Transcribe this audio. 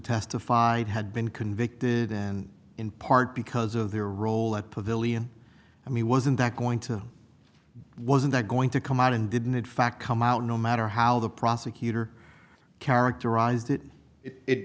testified had been convicted and in part because of their role at pavillion i mean wasn't that going to wasn't that going to come out and didn't in fact come out no matter how the prosecutor characterized it it